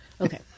Okay